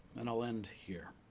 and i'll end here.